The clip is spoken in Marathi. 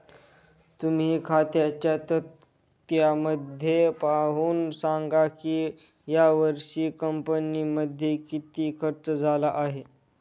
तुम्ही खात्यांच्या तक्त्यामध्ये पाहून सांगा की यावर्षी कंपनीमध्ये किती खर्च झाला आहे